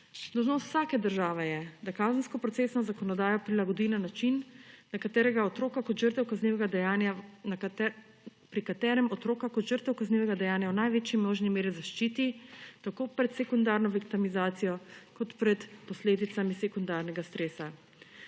Dolžnost vsake države je, da kazenskoprocesno zakonodajo prilagodi na način, pri katerem otroka kot žrtev kaznivega dejanja v največji možni meri zaščiti tako pred sekundarno viktimizacijo kot pred posledicami sekundarnega stresa.